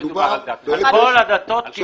על כל הדתות.